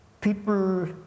people